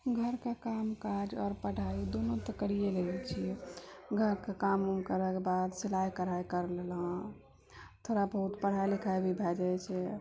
घरके काम काज आओर पढ़ाइ दुनु तऽ करिये रहल छियै घरके काम उम करयके बाद सिलाइ कढ़ाइ कर लेलहुँ थोड़ा बहुत पढ़ाइ लिखाइ भी भए जाइ छै